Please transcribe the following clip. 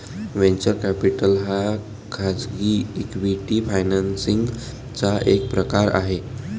venture capital हा खाजगी equity financing चा एक प्रकार आहे